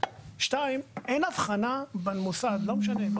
אין אבחנה בין מוסד רשמי ולא רשמי,